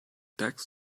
tax